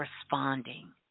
responding